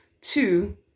Two